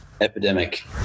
epidemic